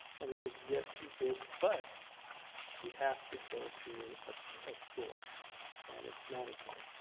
and they say yes, you did, but you have to go through a school and it's mandatory.